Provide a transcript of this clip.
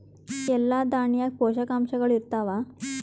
ಎಲ್ಲಾ ದಾಣ್ಯಾಗ ಪೋಷಕಾಂಶಗಳು ಇರತ್ತಾವ?